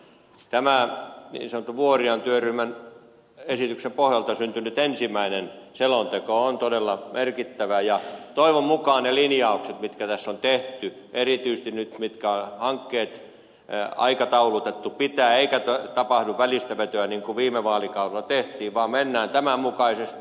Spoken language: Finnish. tämä niin sanotun vuorian työryhmän esityksen pohjalta syntynyt ensimmäinen selonteko on todella merkittävä ja toivon mukaan ne linjaukset mitkä tässä on tehty erityisesti sen osalta mitkä hankkeet on aikataulutettu pitävät eikä tapahdu välistävetoja niin kuin viime vaalikaudella tehtiin vaan mennään tämän mukaisesti